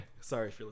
Sorry